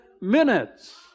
minutes